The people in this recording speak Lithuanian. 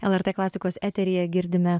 lrt klasikos eteryje girdime